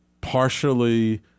Partially